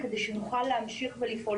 כדי שנוכל להמשיך ולפעול.